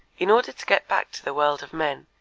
in order to get back to the world of men,